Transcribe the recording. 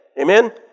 Amen